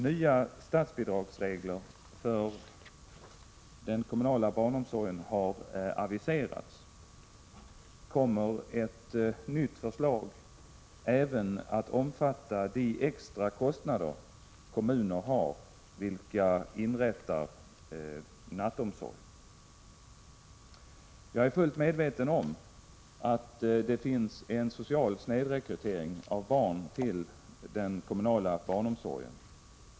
Nya statsbidragsregler för den kommunala barnomsorgen har aviserats. Kommer ett nytt förslag även att omfatta de extra kostnader kommuner har, vilka inrättar nattomsorg? Jag är fullt medveten om att det finns en social snedrekrytering av barn till den kommunala barnomsorgen.